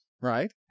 Right